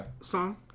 song